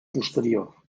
posterior